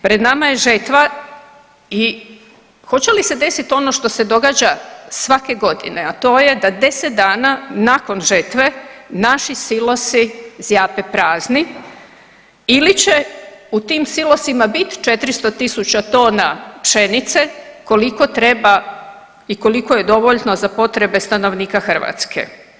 Pred nama je žetva i hoće li se desiti ono što se događa svake godine, a to je da 10 dana nakon žetve naši silosi zjape prazni ili će u tim silosima biti 400.000 tona pšenice koliko treba i koliko je dovoljno za potrebe stanovnika Hrvatske?